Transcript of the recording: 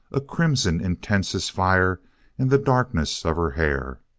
a crimson intense as fire in the darkness of her hair.